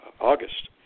August